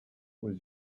was